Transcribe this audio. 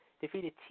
Defeated